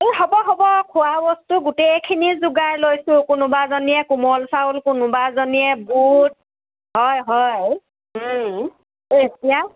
এই হ'ব হ'ব খোৱাবস্তু গোটেইখিনি যোগাৰ লৈছোঁ কোনোবাজনীয়ে কোমল চাউল কোনোবা এজনীয়ে বুট হয় হয় কি এতিয়া